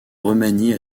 remanié